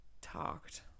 talked